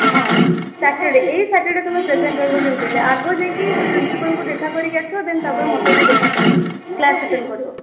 ହଁ ସ୍ୟାଟର୍ଡ଼େ ଏଇ ସ୍ୟାଟର୍ଡ଼େ ତୁମେ ପ୍ରେଜେଣ୍ଟ ରହିବ ଯେମିତି ହେଲେ ଆଗ ଯାଇକି ସେ ପ୍ରିନ୍ସପାଲ୍ଙ୍କୁ ଦେଖା କରିକି ଆସିବ ଦେନ୍ ତା'ପରେ ମୋତେ ଏଇଠି ଦେଖା କରିବ କ୍ଳାସ୍ ଆଟେଣ୍ଡ କରିବ